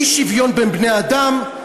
אי-שוויון בין בני-אדם,